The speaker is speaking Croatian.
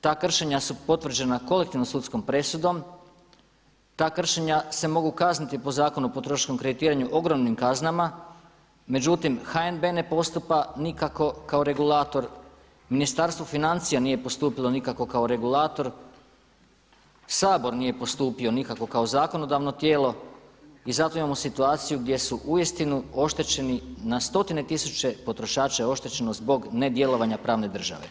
Ta kršenja su potvrđena kolektivnom sudskom presudom, ta kršenja se mogu kazniti po Zakonu o potrošačkom kreditiranju ogromnim kaznama međutim HNB ne postupa nikako kao regulator, Ministarstvo financija nije postupilo nikako kao regulator, Sabor nije postupio nikako kao zakonodavno tijelo i zato imamo situaciju gdje su uistinu oštećeni na stotine tisuće potrošača je oštećeno zbog nedjelovanja pravne države.